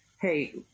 Hey